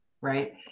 right